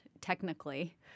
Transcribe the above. technically